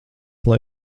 lai